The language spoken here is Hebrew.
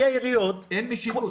אין משילות.